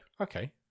Okay